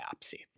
biopsy